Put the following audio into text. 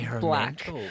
black